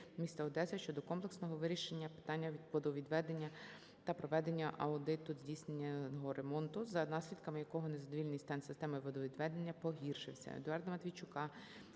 міста Одеси щодо комплексного вирішення питання водовідведення та проведення аудиту здійсненного ремонту, за наслідками якого незадовільний стан системи водовідведення погіршився.